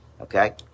okay